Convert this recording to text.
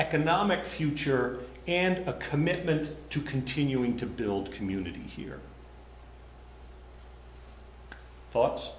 economic future and a commitment to continuing to build communities here thoughts